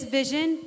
vision